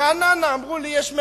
ברעננה, אמרו לי, יש מעט,